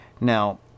Now